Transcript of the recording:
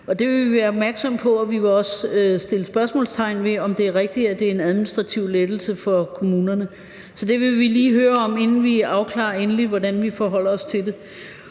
Det vil vi være opmærksomme på, og vi vil også sætte spørgsmålstegn ved, om det er rigtigt, at det er en administrativ lettelse for kommunerne. Så det vil vi lige høre om, inden vi afklarer endeligt, hvordan vi forholder os til det.